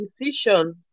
decision